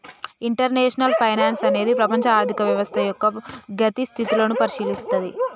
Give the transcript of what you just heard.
international finance అనేది ప్రపంచ ఆర్థిక వ్యవస్థ యొక్క గతి స్థితులను పరిశీలిత్తది